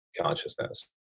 consciousness